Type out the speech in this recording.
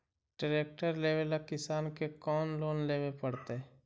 Tractor लेवेला किसान के कौन लोन लेवे पड़तई?